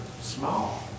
small